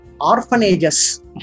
orphanages